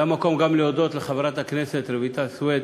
זה המקום גם להודות לחברת הכנסת רויטל סויד